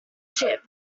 ship